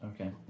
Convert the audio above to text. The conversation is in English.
Okay